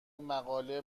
مقاله